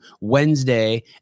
Wednesday